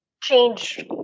change